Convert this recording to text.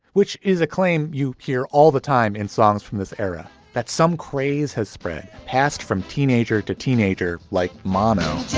which is a claim you hear all the time in songs from this era that some craze has spread passed from teenager to teenager like mano